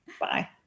Bye